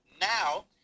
Now